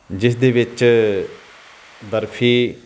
ਜਿਸ ਦੇ ਵਿੱਚ ਬਰਫੀ